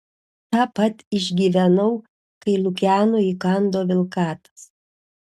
tą pat išgyvenau kai lukianui įkando vilkatas